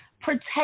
protect